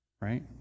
right